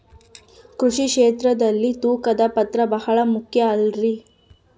ಕೃಷಿ ಕ್ಷೇತ್ರದಲ್ಲಿ ತೂಕದ ಪಾತ್ರ ಬಹಳ ಮುಖ್ಯ ಅಲ್ರಿ?